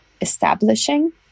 establishing